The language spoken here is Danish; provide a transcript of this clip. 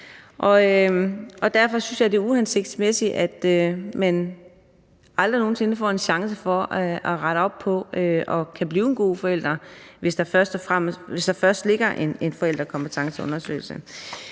Derfor synes jeg, det er uhensigtsmæssigt, at man aldrig nogen sinde får en chance for at rette op på det og blive en god forælder, hvis der først ligger en forældrekompetenceundersøgelse.